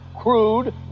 crude